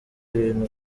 ibintu